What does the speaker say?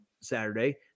Saturday